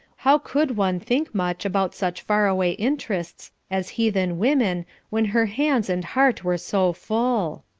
how could one think much about such far-away interests as heathen women when her hands and heart were so full?